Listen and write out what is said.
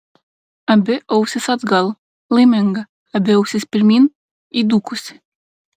abi ausys atgal laiminga abi ausys pirmyn įdūkusi